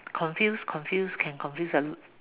confuse confuse can confuse a